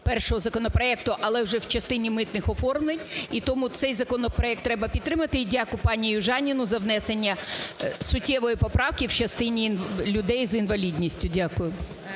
першого законопроекту, але вже в частині митних оформлень. І тому цей законопроект треба підтримати. І дякую пані Южаніній за внесення суттєвої поправки в частині людей з інвалідністю. Дякую.